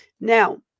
Now